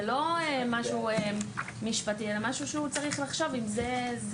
זה לא משהו משפטי אלא משהו שהוא צריך לחשוב מה המודל.